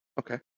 Okay